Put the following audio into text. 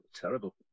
Terrible